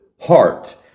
heart